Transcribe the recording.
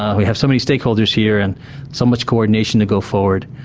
we have so many stakeholders here, and so much co-ordination to go forward.